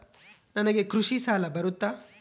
ನನಗೆ ಕೃಷಿ ಸಾಲ ಬರುತ್ತಾ?